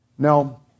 Now